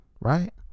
right